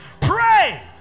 pray